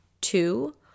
two